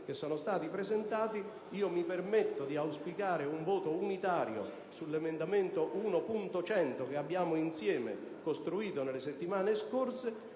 che sono stati presentati, mi permetto di auspicare un voto unitario sull'emendamento 1.100 che abbiamo costruito insieme nelle settimane scorse.